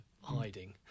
hiding